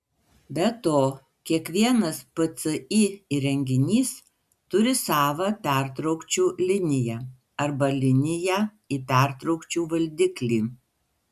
be to kiekvienas pci įrenginys turi savą pertraukčių liniją arba liniją į pertraukčių valdiklį